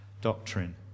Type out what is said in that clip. doctrine